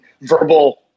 verbal